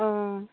অঁ